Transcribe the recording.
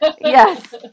Yes